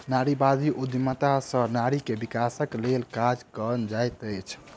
नारीवादी उद्यमिता सॅ नारी के विकासक लेल काज कएल जाइत अछि